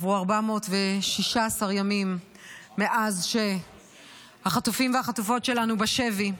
עברו 416 ימים מאז שהחטופים והחטופות שלנו בשבי.